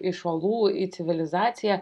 iš olų į civilizaciją